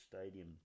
Stadium